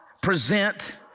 present